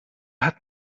hat